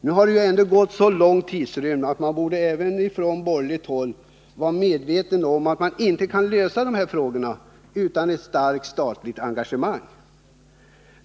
Nu har det ändå gått så lång tidsrymd att man även från borgerligt håll borde vara medveten om att man inte kan lösa problemen utan ett starkt statligt engagemang.